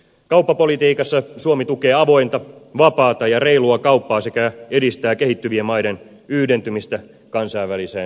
kauppapolitiikassa suomi tukee avointa vapaata ja reilua kauppaa sekä edistää kehittyvien maiden yhdentymistä kansainväliseen talouteen